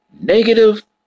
negative